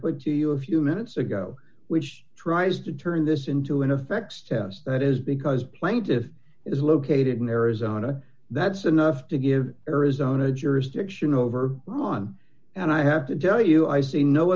put to you a few minutes ago which tries to turn this into an effect that is because plaintiff is located in arizona that's enough to give arizona jurisdiction over mine and i have to tell you i see no